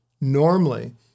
normally